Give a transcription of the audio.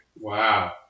Wow